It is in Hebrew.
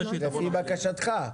לפי בקשתך.